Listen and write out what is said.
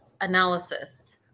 analysis